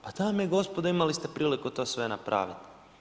Pa dame i gospodo, imali ste priliku to sve napraviti.